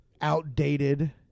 outdated